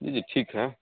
जी जी ठीक है